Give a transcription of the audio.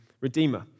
redeemer